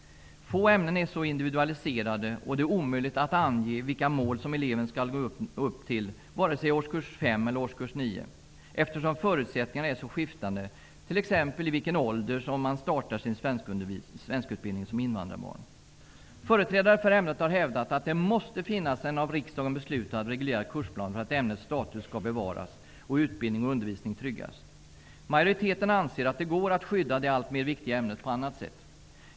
Få ämnen är så individualiserade, och det är omöjligt att ange vilka mål som eleven skall nå upp till vare sig i årskurs 5 eller i årskurs 9, eftersom förutsättningarna är så skiftande, t.ex. vid vilken ålder man startar sin svenskutbildning som invandrarbarn. Företrädare för ämnet har hävdat att det måste finnas en av riksdagen beslutad, reguljär kursplan för att ämnets status skall bevaras och utbildning och undervisning tryggas. Majoriteten anser att det går att skydda det alltmer viktiga ämnet på annat sätt.